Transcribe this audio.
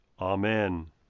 Amen